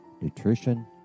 nutrition